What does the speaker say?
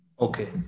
Okay